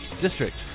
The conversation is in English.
district